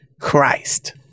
Christ